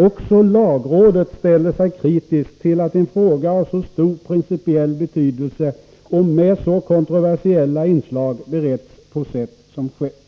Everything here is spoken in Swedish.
Också lagrådet ställer sig kritiskt till att en fråga av så stor principiell betydelse och med så kontroversiella inslag beretts på sätt som skett.”